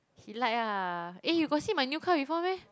he like ah eh you got sit my new car before meh